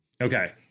Okay